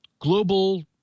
global